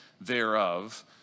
thereof